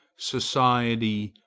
society,